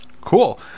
Cool